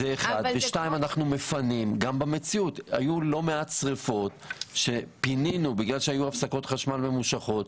גם במציאות היו לא מעט שריפות שפינינו בגלל שהיו הפסקות חשמל ממושכות,